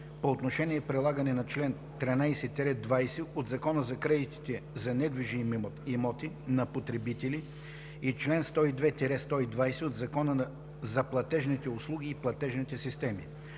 по отношение прилагане на чл. 13 – 20 от Закона за кредитите за недвижими имоти на потребители и чл. 102 – 120 от Закона за платежните услуги и платежните системи;